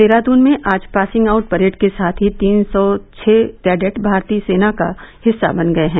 देहरादून में आज passing out parade के साथ ही तीन सौ छह कैडेट भारतीय सेना का हिस्सा बन गए हैं